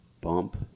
bump